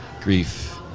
Grief